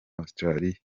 australia